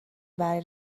برای